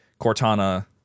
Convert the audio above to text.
Cortana